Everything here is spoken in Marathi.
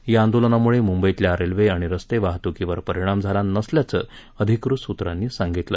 या आंदोलनामुळे मुंबईतल्या रेल्वे आणि रस्ते वाहतुकीवर परिणाम झाला नसल्याचं अधिकृत सूत्रांनी सांगितलं